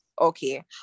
Okay